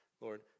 Lord